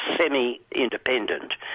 semi-independent